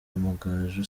amagaju